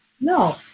No